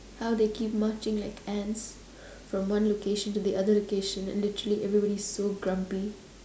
how they keep marching like ants from one location to the other location literally everybody's so grumpy